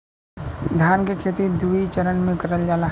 धान के खेती दुई चरन मे करल जाला